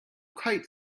kite